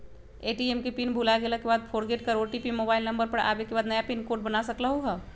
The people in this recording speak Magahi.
ए.टी.एम के पिन भुलागेल के बाद फोरगेट कर ओ.टी.पी मोबाइल नंबर पर आवे के बाद नया पिन कोड बना सकलहु ह?